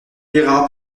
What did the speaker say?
rira